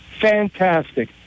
Fantastic